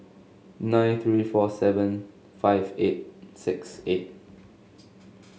nine three four seven five eight six eight